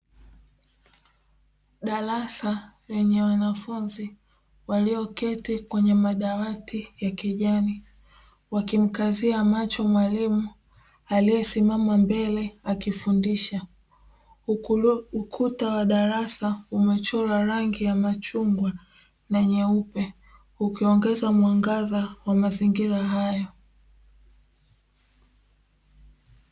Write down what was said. Darasa lenye wanafunzi walioketi kwenye madawati ya kijani wakimkazia macho mwalimu aliyesimama mbele akifundisha. Ukuta wa darasa umechorwa rangi ya machungwa na nyeupe ukiongeza mwangaza wa mazingira hayo.